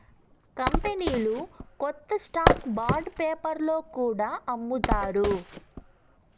కంపెనీలు కొత్త stock bond పేపర్లో కూడా అమ్ముతారు